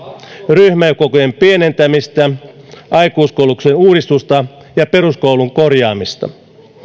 ryhmäkokojen pienentämistä aikuiskoulutuksen uudistusta ja peruskoulun korjaamista